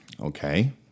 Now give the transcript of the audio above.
Okay